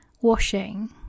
washing